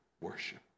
worship